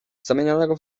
zamienionego